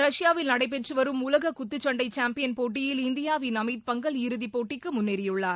ரஷ்யாவில் நடைபெற்று வரும் உலக குத்துச்சண்டை சாம்பியன் போட்டியில் இந்தியாவின் அமித் பங்கல் இறுதிப் போட்டிக்கு முன்னேறியுள்ளார்